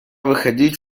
выходить